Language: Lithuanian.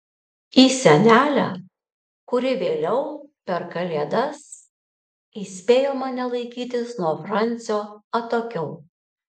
į senelę kuri vėliau per kalėdas įspėjo mane laikytis nuo francio atokiau